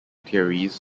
theories